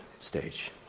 stage